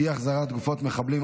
אי-החזרת גופות מחבלים),